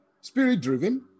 spirit-driven